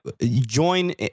join